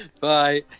Bye